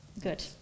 Good